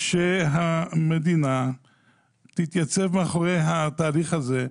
שהמדינה תתייצב מאחורי התהליך הזה,